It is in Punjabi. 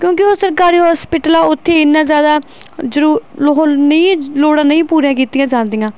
ਕਿਉਂਕਿ ਉਹ ਸਰਕਾਰੀ ਹੋਸਪੀਟਲ ਆ ਉੱਥੇ ਇੰਨਾ ਜ਼ਿਆਦਾ ਜਰੂ ਮਾਹੌਲ ਨਹੀਂ ਇਹ ਲੋੜਾਂ ਨਹੀਂ ਪੂਰੀਆਂ ਕੀਤੀਆਂ ਜਾਂਦੀਆਂ